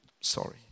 Sorry